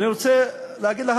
ואני רוצה להגיד לך,